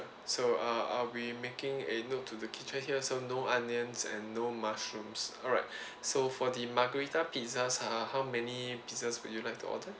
so uh I'll be making a note to the kitchen here so no onions and no mushrooms alright so for the margarita pizzas uh how many pieces would you like to order